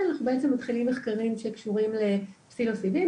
אנחנו מתחילים מחקרים שקשורים לפסילוציבין,